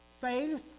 faith